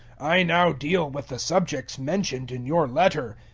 i now deal with the subjects mentioned in your letter.